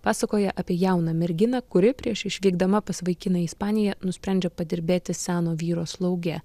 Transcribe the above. pasakoja apie jauną merginą kuri prieš išvykdama pas vaikiną į ispaniją nusprendžia padirbėti seno vyro slauge